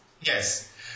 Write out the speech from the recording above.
Yes